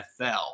NFL